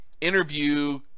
Interview